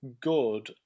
good